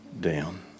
down